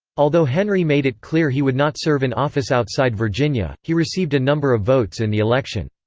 although henry made it clear he would not serve in office outside virginia, he received a number of votes in the election.